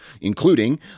including